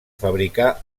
fabricar